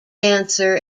answer